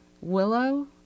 willow